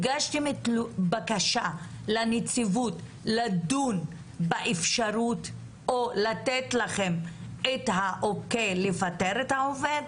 הגשתם בקשה לנציבות לדון באפשרות או לתת לכם את האוקיי לפטר את העובד?